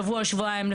שבוע-שבועיים,